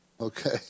Okay